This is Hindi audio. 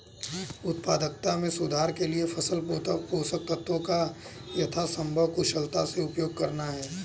उत्पादकता में सुधार के लिए फसल पोषक तत्वों का यथासंभव कुशलता से उपयोग करना है